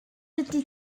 ydy